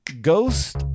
ghost